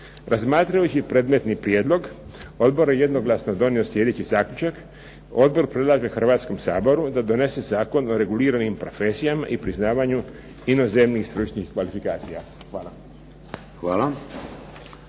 Razmatrajući predmetni prijedlog odbor je jednoglasno donio sljedeći zaključak. Odbor predlaže Hrvatskom saboru da donese Zakon o reguliranim profesijama i priznavanju inozemnih stručnih kvalifikacija. Hvala.